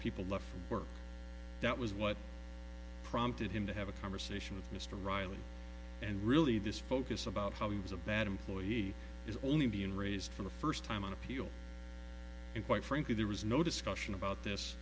work that was what prompted him to have a conversation with mr riley and really this focus about how he was a bad employee is only being raised for the first time on appeal and quite frankly there was no discussion about this